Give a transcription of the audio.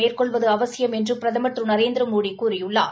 மேற்கொள்வது அவசியம் என்று பிரதமர் திரு நரேந்திரமோடி கூறியுள்ளார்